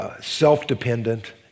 self-dependent